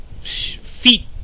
feet